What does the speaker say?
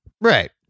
Right